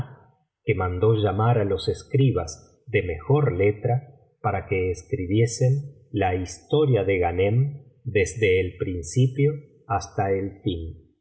que mandó llamar á los escribas de mejor letra para que escribiesen la historia de ghanem desde el principio hasta el fin